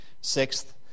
Sixth